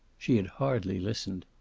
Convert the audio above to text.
she had hardly listened.